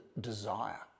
desire